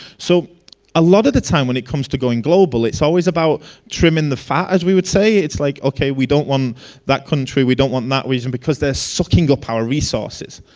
so a lot of the time when it comes to going global it's always about trimming the fat as we would say. it's like ok we don't want that country, we don't want that reason, because they're sucking up our resources.